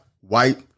white